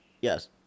Yes